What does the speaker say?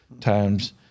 times